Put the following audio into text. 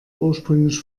ursprünglich